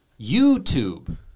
YouTube